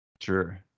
Sure